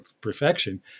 perfection